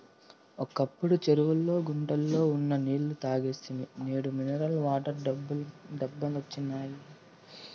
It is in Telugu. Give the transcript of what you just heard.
ఒకప్పుడు చెరువుల్లో గుంటల్లో ఉన్న నీళ్ళు తాగేస్తిమి నేడు మినరల్ వాటర్ డబ్బాలొచ్చినియ్